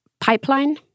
pipeline